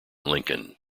lincoln